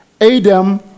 Adam